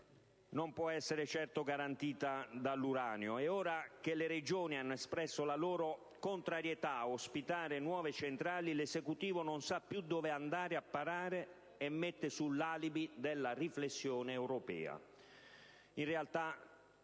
non può essere certo garantita dall'uranio e ora che le Regioni hanno espresso la loro contrarietà a ospitare nuove centrali l'Esecutivo non sa più dove andare a parare e mette su l'alibi della riflessione europea.